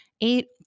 eight